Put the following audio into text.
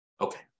Okay